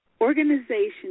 organization